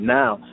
now